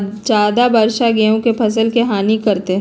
ज्यादा वर्षा गेंहू के फसल के हानियों करतै?